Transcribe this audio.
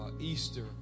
Easter